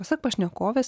pasak pašnekovės